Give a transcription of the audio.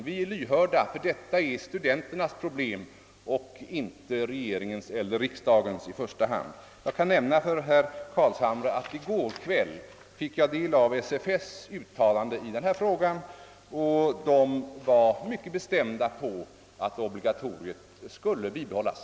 — Vi är lyhörda men anser att detta är studenternas problem i första hand; inte regeringens eller riksdagens. Jag kan nämna för herr Carlshamre att jag i går kväll fick ta del av SFS:s uttalande i frågan. Av detta framgick att studenterna mycket bestämt hävdat att obligatoriet borde bibehållas.